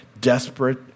desperate